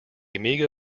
amiga